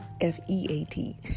F-E-A-T